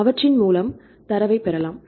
அவற்றின் மூலம் தரவைப் பெறலாம்